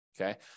Okay